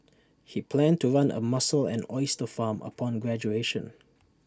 he planned to run A mussel and oyster farm upon graduation